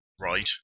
right